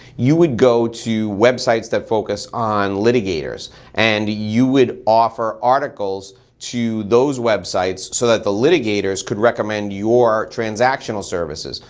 you would go to websites that focus on litigators and you would offer articles to those websites so that the litigators could recommend your transactional services.